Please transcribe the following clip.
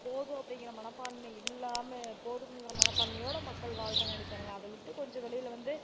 போதும் அப்படிங்கிற மனப்பான்மை இல்லாமல் போதும்ங்கிற மனப்பான்மையோட மக்கள் வாழ்றாங்க அப்படி தானங்க அதை விட்டு கொஞ்சம் வெளியில வந்து